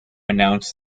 announced